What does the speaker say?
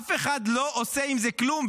אף אחד לא עושה עם זה כלום.